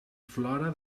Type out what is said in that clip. flora